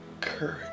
Courage